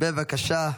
בבקשה,